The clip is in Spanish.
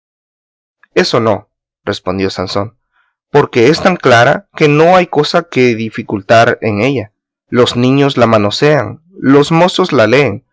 eso no respondió sansón porque es tan clara que no hay cosa que dificultar en ella los niños la manosean los mozos la leen